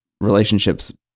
relationships